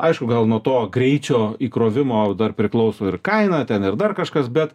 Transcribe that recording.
aišku gal nuo to greičio įkrovimo dar priklauso ir kaina ten ir dar kažkas bet